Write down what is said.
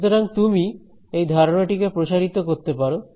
সুতরাং তুমি এই ধারণাটি কে প্রসারিত করতে পারো